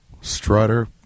strutter